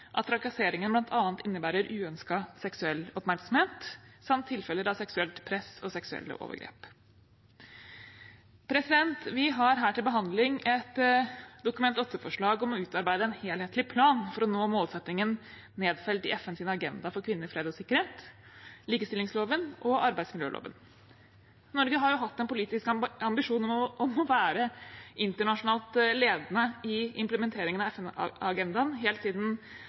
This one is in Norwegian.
at trakasseringen bl.a. innebærer uønsket seksuell oppmerksomhet samt tilfeller av seksuelt press og seksuelle overgrep. Vi har her til behandling et Dokument nr. 8-forslag om å utarbeide en helhetlig plan for å nå målsettingen nedfelt i FNs agenda for kvinner, fred og sikkerhet, i likestillingsloven og arbeidsmiljøloven. Norge har hatt en politisk ambisjon om å være internasjonalt ledende i implementeringen av FN-agendaen helt siden